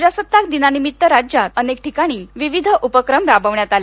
प्रजासत्ताक दिनानिमित्त राज्यात अनेक ठिकाणी विविध उपक्रम राबवण्यात आले